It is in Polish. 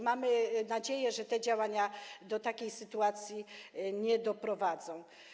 Mamy nadzieję, że te działania do takiej sytuacji nie doprowadzą.